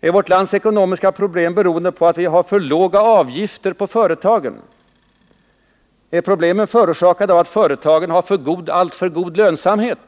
Är vårt lands ekonomiska problem beroende på att vi har för låga avgifter på företagen? Är problemen förorsakade av att företagen har alltför god lönsamhet?